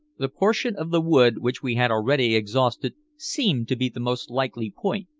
the portion of the wood which we had already exhausted seemed to be the most likely point.